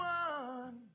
one